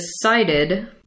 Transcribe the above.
decided